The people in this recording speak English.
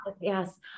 Yes